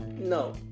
No